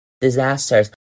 disasters